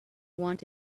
want